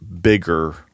bigger